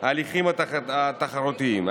ההליכים התחרותיים.